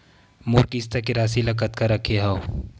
मोर किस्त के राशि ल कतका रखे हाव?